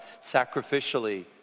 sacrificially